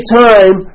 time